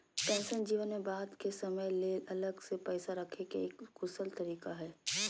pension जीवन में बाद के समय ले अलग से पैसा रखे के एक कुशल तरीका हय